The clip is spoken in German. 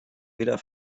wieder